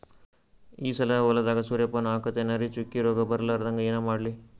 ಈ ಸಲ ಹೊಲದಾಗ ಸೂರ್ಯಪಾನ ಹಾಕತಿನರಿ, ಚುಕ್ಕಿ ರೋಗ ಬರಲಾರದಂಗ ಏನ ಮಾಡ್ಲಿ?